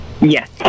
Yes